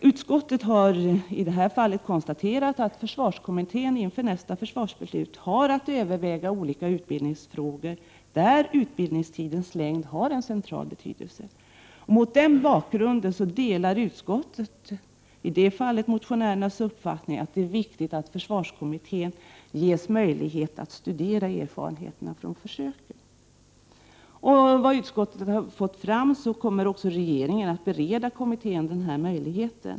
Utskottet har i det här fallet konstaterat att försvarskommittén inför nästa försvarsbeslut har att överväga olika utbildningsfrågor där utbildningstidens längd har central betydelse. Mot denna bakgrund delar utskottet motionärernas uppfattning att det är viktigt att försvarskommittén ges möjlighet att studera erfarenheterna från försöken. Enligt vad utskottet erfar kommer regeringen också att bereda kommittén denna möjlighet.